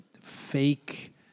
fake